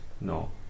No